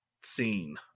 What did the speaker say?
scene